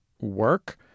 work